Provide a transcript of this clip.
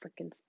freaking